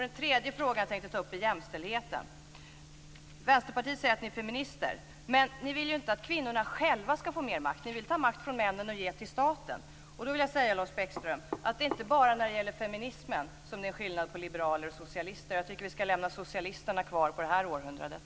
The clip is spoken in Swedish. Det tredje som jag tänkte ta upp är jämställdheten. Vänsterpartiet säger att man är ett feministiskt parti. Men ni vill ju inte att kvinnorna själva ska få mer makt. Ni vill ta makt från männen och ge den till staten. Då vill jag säga följande, Lars Bäckström: Det är inte bara när det gäller feminismen som det är skillnad på liberaler och socialister. Jag tycker att vi ska lämna socialisterna kvar i det här århundradet.